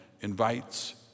invites